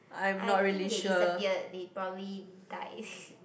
I think they disappeared they probably died